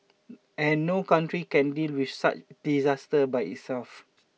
and no country can deal with such disaster by itself